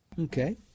Okay